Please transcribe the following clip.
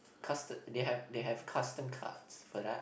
custard they have they have custom cards but ah